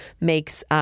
makes